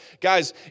Guys